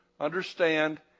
Understand